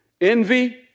envy